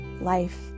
life